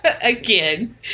Again